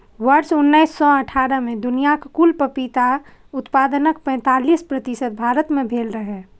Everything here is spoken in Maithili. वर्ष उन्नैस सय अट्ठारह मे दुनियाक कुल पपीता उत्पादनक पैंतालीस प्रतिशत भारत मे भेल रहै